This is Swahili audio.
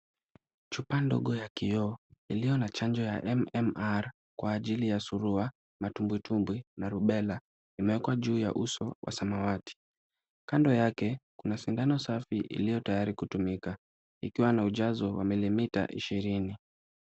Chupa ndogo ya kioo iliyo na chanjo ya MMR kwa ajili ya Surua, Matumbwitumbwi na Rubella imewekwa juu ya uso wa samawati. Kando yake kuna sindano safi iliyo tayari kutumika ikiwa na ujazo wa milimita ishirini.